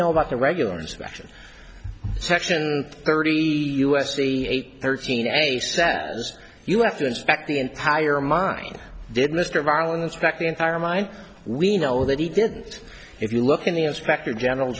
know about the regular inspections section thirty u s c eight thirteen a sense you have to inspect the entire mine did mr violence back the entire mine we know that he didn't if you look in the inspector general